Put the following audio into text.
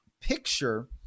picture